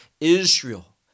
Israel